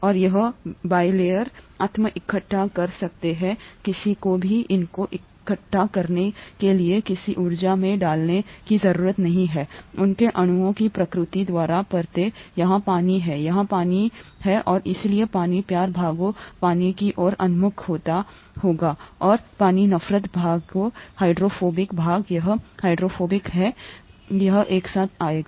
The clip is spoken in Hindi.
और यह बिलीयर आत्म इकट्ठा कर सकता है किसी को भी इनको इकट्ठा करने के लिए किसी ऊर्जा में डालने की जरूरत नहीं है उनके अणुओं की प्रकृति द्वारा परतें यहाँ पानी है यहाँ पानी है और इसलिए पानी प्यार भागों पानी की ओर उन्मुख होगा और पानी नफरत भागों हाइड्रोफोबिक भागों यह यहाँ हाइड्रोफोबिक है हाइड्रोफोबिक भाग यहाँ एक साथ आएगा